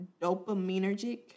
dopaminergic